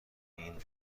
این